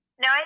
No